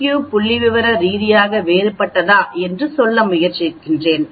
Q புள்ளிவிவர ரீதியாக வேறுபட்டதா என்று சொல்ல முயற்சிக்கிறேன்